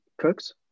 Cooks